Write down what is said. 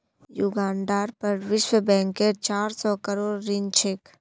युगांडार पर विश्व बैंकेर चार सौ करोड़ ऋण छेक